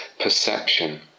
perception